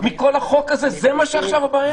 מכל החוק הזה, זאת הבעיה עכשיו?